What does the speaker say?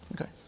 Okay